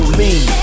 lean